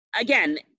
again